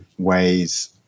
ways